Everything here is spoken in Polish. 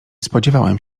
spodziewałam